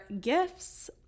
gifts